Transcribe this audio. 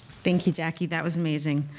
thank you, jackie, that was amazing.